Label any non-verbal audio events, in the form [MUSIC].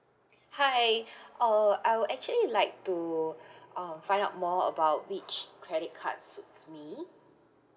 hi [BREATH] uh I would actually like to uh find out more about which credit card suits me